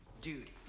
Dude